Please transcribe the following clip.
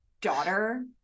daughter